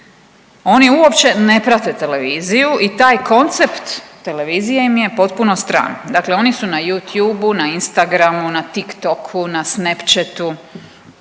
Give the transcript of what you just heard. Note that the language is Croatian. oni uopće ne prate televiziju i taj koncept televizije im j potpuno stran. Dakle, oni su n a Youtubu, na Instagramu, na Tik-Toku, na Snapchatu,